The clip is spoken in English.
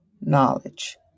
knowledge